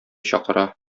чакыра